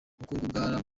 ubukungu